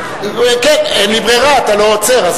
אין לי ברירה, אתה לא עוצר.